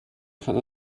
kann